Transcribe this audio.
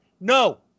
no